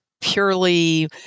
purely